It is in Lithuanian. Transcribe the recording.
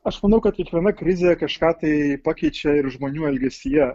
aš manau kad kiekviena krizė kažką tai pakeičia ir žmonių elgesyje